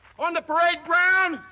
on the parade ground,